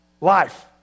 Life